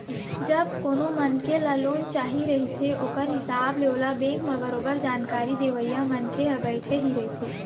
जब कोनो मनखे ल लोन चाही रहिथे ओखर हिसाब ले ओला बेंक म बरोबर जानकारी देवइया मनखे ह बइठे ही रहिथे